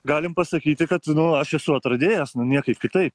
galim pasakyti kad aš esu atradėjas niekaip kitaip